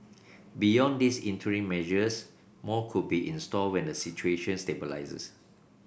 beyond these interim measures more could be in store when the situation stabilises